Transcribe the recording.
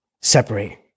separate